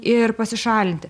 ir pasišalinti